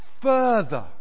further